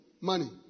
money